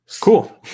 cool